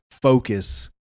focus